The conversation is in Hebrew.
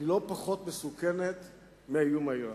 לא פחות מסוכנת מהאיום האירני.